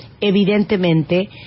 evidentemente